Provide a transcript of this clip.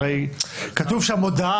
כתוב שם "מודעה